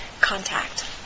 contact